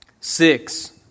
Six